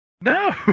No